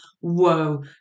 whoa